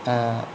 ആ